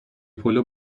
پلو